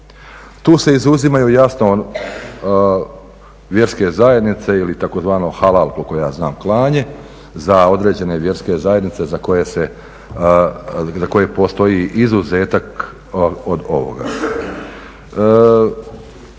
Tu se izuzimaju jasno vjerske zajednice ili tzv. halal koliko ja znam klanje za određene vjerske zajednice za koje postoji izuzetak od ovoga.